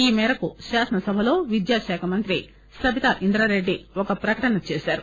ఈ మేరకు శాసనసభలో విద్యాశాఖ మంత్రి సబితా ఇంద్రారెడ్డి ఒక ప్రకటన చేశారు